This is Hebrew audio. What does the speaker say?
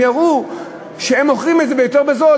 יראו שהם מוכרים את זה יותר בזול,